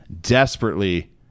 desperately